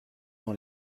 dans